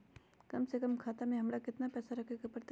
कम से कम खाता में हमरा कितना पैसा रखे के परतई?